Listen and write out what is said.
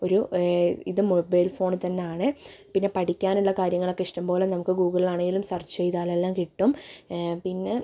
ഒരു ഇത് mobile phone തന്നാണ് പിന്നെ പഠിക്കാനുള്ള കാര്യങ്ങളൊക്കെ ഇഷ്ട്ടംപ്പോലെ നമുക്ക് ഗൂഗിളിലാണേലും സെർച്ച് ചെയ്താൽ എല്ലാം കിട്ടും പിന്നെ